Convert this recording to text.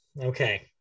okay